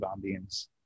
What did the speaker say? ambience